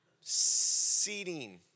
seating